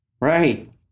Right